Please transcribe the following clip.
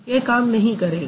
यह काम नहीं करेगा